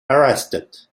arrested